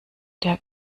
der